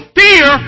fear